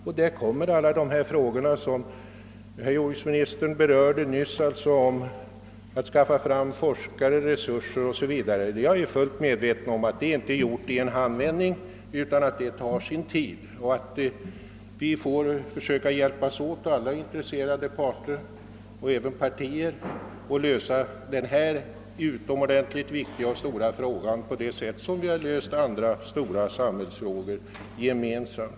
Ett dylikt måste givetvis inbegripa alla de frågor som herr jordbruksministern nyss berörde. Jag är fullt medveten om att man inte i en handvändning kan skaffa fram forskare, resurser O.sS. vV. Detta tar sin tid. Alla intresserade parter, och även partier, får försöka hjälpas åt att lösa denna utomordentligt viktiga och stora fråga på samma sätt, som vi löst andra stora samhällsfrågor nämligen gemensamt.